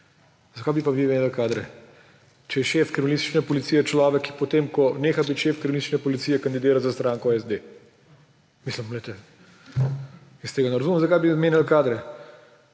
Zakaj bi pa vi menjali kadre? Če je šef kriminalistične policije človek, ki potem, ko neha biti šef kriminalistične policije, kandidira za stranko SD. Jaz tega ne razumem, zakaj bi menjali kadre.